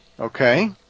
Okay